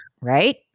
right